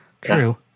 True